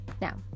Now